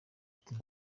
uti